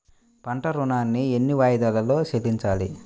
పంట ఋణాన్ని ఎన్ని వాయిదాలలో చెల్లించాలి?